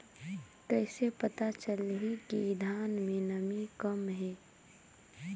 कइसे पता चलही कि धान मे नमी कम हे?